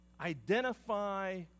identify